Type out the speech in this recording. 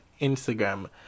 Instagram